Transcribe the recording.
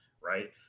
right